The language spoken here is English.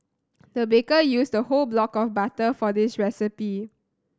the baker used a whole block of butter for this recipe